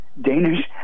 Danish